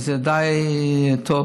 וזה די טוב.